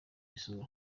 isura